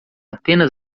apenas